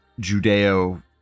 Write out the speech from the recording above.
Judeo